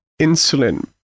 insulin